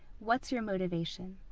what's your motivation?